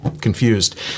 confused